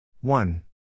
One